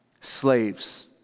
slaves